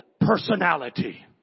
personality